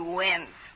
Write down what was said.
wins